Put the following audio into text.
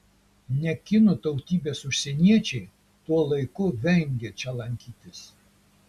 ne kinų tautybės užsieniečiai tuo laiku vengia čia lankytis